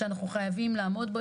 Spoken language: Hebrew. שאנחנו חייבים לעמוד בו.